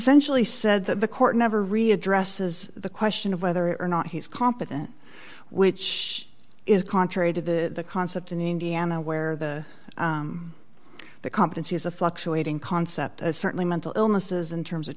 sentially said that the court never really addresses the question of whether or not he's competent which is contrary to the concept in indiana where the the competency is a fluctuating concept certainly mental illnesses in terms of